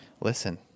Listen